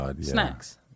snacks